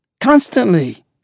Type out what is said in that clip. Constantly